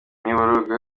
imiborogo